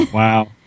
wow